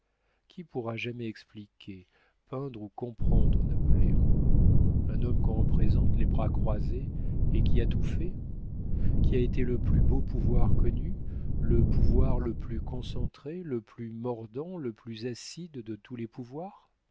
qui pourra jamais expliquer peindre ou comprendre napoléon un homme qu'on représente les bras croisés et qui a tout fait qui a été le plus beau pouvoir connu le pouvoir le plus concentré le plus mordant le plus acide de tous les pouvoirs